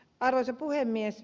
arvoisa puhemies